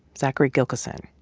zachary gilkison.